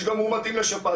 יש גם מאומתים לשפעת.